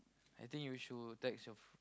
I think we should text your